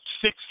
six